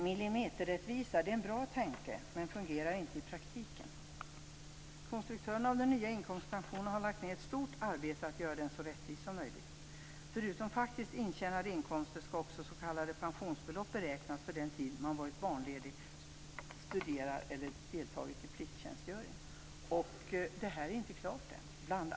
Millimeterrättvisa är en bra tanke men den fungerar inte i praktiken. Konstruktörerna av den nya inkomstpensionen har lagt ned ett stort arbete för att göra den så rättvis som möjligt. Förutom faktiskt intjänade inkomster skall också s.k. pensionsbelopp beräknas för den tid man varit barnledig, studerat eller deltagit i plikttjänstgöring. Det är inte klart än.